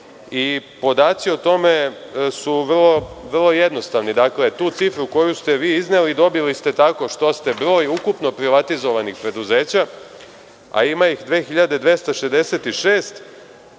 Podaci o tome su vrlo jednostavni. Dakle, cifru koju ste vi izneli dobili ste tako što ste broj ukupno privatizovanih preduzeća, a ima ih 2.266,